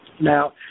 Now